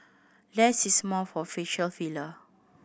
less is more for facial filler